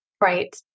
Right